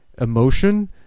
emotion